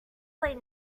late